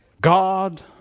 God